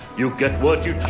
you get what you choose.